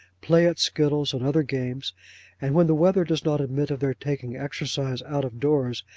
play at skittles, and other games and when the weather does not admit of their taking exercise out of doors,